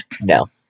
No